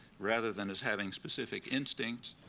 rather than as having specific instincts.